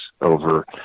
over